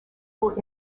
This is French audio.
vous